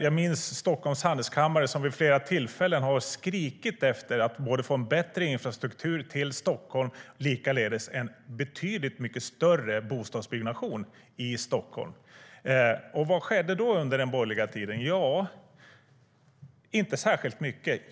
Jag minns att Stockholms Handelskammare vid flera tillfällen har skrikit efter att få både en bättre infrastruktur till Stockholm och en betydligt större bostadsbyggnation i Stockholm. Vad skedde då under den borgerliga tiden? Inte särskilt mycket.